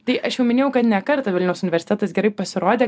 tai aš jau minėjau kad ne kartą vilniaus universitetas gerai pasirodė